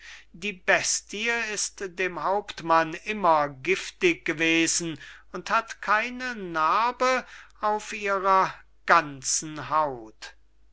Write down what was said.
die bestie ist dem hauptmann immer giftig gewesen und hat keine narbe auf ihrer ganzen haut